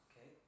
Okay